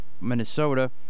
Minnesota